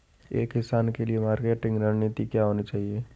एक किसान के लिए मार्केटिंग रणनीति क्या होनी चाहिए?